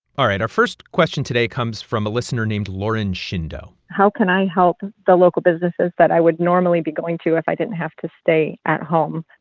all right. our first question today comes from a listener named lauren shindo how can i help the local businesses that i would normally be going to if i didn't have to stay at home?